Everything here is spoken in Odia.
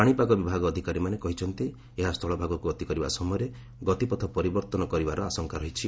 ପାଣିପାଗ ବିଭାଗ ଅଧିକାରୀମାନେ କହିଛନ୍ତି ଏହା ସ୍ଥଳଭାଗକୁ ଗତି କରିବା ସମୟରେ ଗତିପଥ ପରିବର୍ତ୍ତନ କରିବାର ଆଶଙ୍କା ରହିଛି